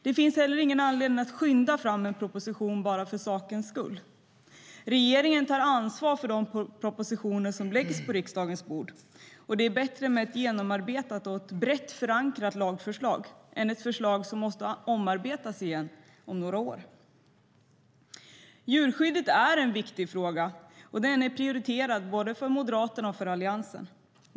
Det finns inte heller någon anledning att skynda fram en proposition bara för sakens skull. Regeringen tar ansvar för de propositioner som läggs på riksdagens bord, och det är bättre med ett genomarbetat och brett förankrat lagförslag än ett förslag som måste omarbetas om några år. Djurskydd är en viktig fråga, och den är prioriterad både för Moderaterna och för Alliansen.